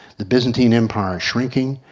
the byzantine empire shrinking.